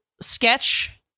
sketch